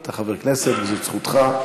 אתה חבר כנסת וזאת זכותך,